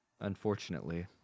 Unfortunately